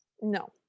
no